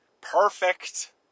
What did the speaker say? Perfect